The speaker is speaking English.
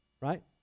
right